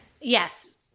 Yes